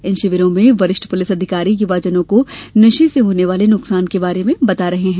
इन शिविरों में वरिष्ठ पुलिस अधिकारी युवाजनों को नशे से होने वाले नुकसान के बारे में बता रहे हैं